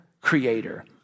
creator